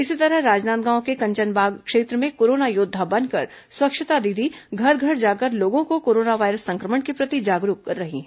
इसी तरह राजनांदगांव के कंचनबाग क्षेत्र में कोरोना योद्धा बनकर स्वच्छता दीदी घर घर जाकर लोगों को कोरोना वायरस संक्रमण के प्रति जागरूक कर रही हैं